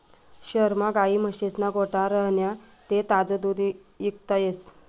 शहरमा गायी म्हशीस्ना गोठा राह्यना ते ताजं दूध इकता येस